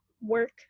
work